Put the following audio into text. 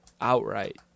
outright